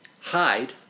hide